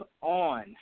on